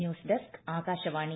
news desk Akashvani